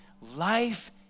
Life